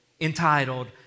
entitled